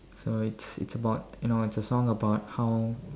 so it's it's about you know it's a song about how